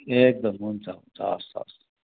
एकदम हुन्छ हुन्छ हवस् हवस्